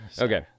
Okay